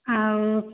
ଆଉ